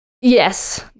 Yes